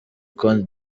cote